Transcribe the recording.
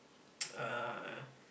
uh